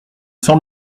cent